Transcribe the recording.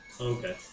Okay